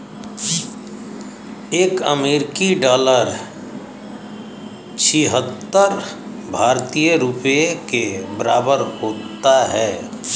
एक अमेरिकी डॉलर छिहत्तर भारतीय रुपये के बराबर होता है